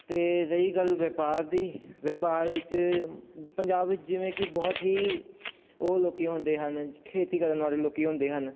ਅਤੇ ਰਹੀ ਗੱਲ ਵਪਾਰ ਦੀ ਵਪਾਰ ਵਿੱਚ ਪੰਜਾਬ ਵਿੱਚ ਜਿਵੇਂ ਕਿ ਬਹੁਤ ਹੀ ਉਹ ਲੋਕ ਹੁੰਦੇ ਹਨ ਖੇਤੀ ਕਰਨ ਵਾਲੇ ਲੋਕ ਹੁੰਦੇ ਹਨ